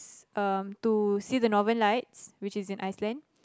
um to see the northern lights which is in Iceland